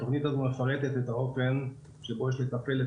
התוכנית הזו מפרטת את האופן שבו יש לתפעל את